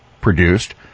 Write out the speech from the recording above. produced